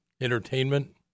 entertainment